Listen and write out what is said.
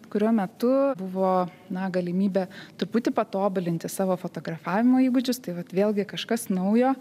kuriuo metu buvo na galimybė truputį patobulinti savo fotografavimo įgūdžius tai vat vėlgi kažkas naujo